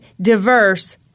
diverse